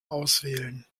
auswählen